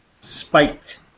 spiked